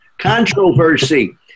controversy